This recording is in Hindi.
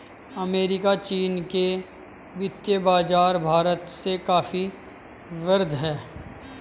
अमेरिका चीन के वित्तीय बाज़ार भारत से काफी वृहद हैं